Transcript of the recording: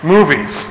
Movies